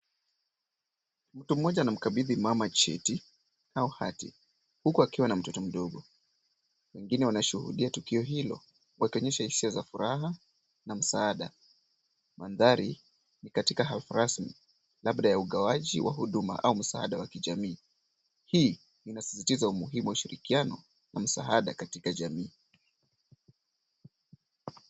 Mtu mmoja anamkabidhi mama cheti, au hati. Huku akiwa na mtoto mdogo. Wengine wanashuhudia tukio hilo, wa kuonyesha hisia za furaha, na msaada. Mandhari ni katika halfu rasmi. Labda ya ugawaji wa huduma au msaada wa kijamii. Hii inasisitiza umuhimu wa shirikiano na msaada katika jamii.